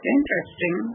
interesting